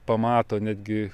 pamato netgi